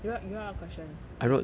you write you write what question eh